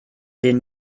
denen